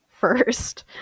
first